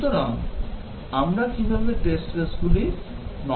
সুতরাং আমরা কীভাবে test caseগুলির নকশা করব